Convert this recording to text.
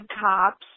cops